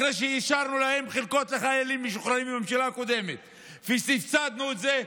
אחרי שאישרנו להם חלקות לחיילים משוחררים בממשלה הקודמת וסבסדנו את זה,